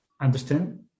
understand